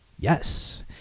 yes